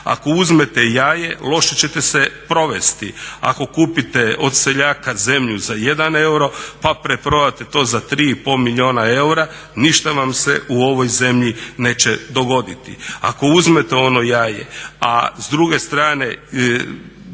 Ako uzmete jaje loše ćete se provesti. Ako kupite od seljaka zemlju za jedan euro, pa preprodate to za tri i pol milijuna eura ništa vam se u ovoj zemlji neće dogoditi. Ako uzmete ono jaje, a s druge strane